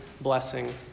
blessing